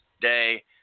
day